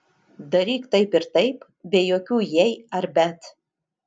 daryk taip ir taip be jokių jei ar bet